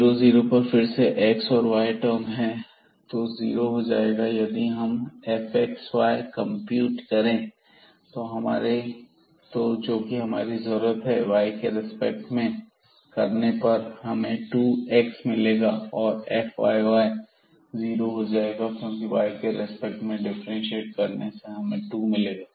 0 0 पर फिर से x और y टर्म है तो यह जीरो हो जाएगा और यदि हम fxy कंप्यूट करें जो कि हमारी जरूरत है इसे y के रेस्पेक्ट में करने पर हमें 2 x मिलेगा और fyy 0 हो जाएगा क्योंकि y के रेस्पेक्ट में डिफ्रेंशिएट करने से हमें 2 मिलेगा